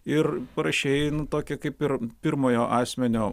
ir parašei tokią kaip ir pirmojo asmenio